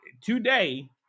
today